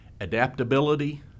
adaptability